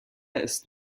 ist